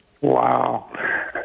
Wow